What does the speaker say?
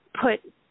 put